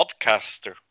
podcaster